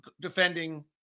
defending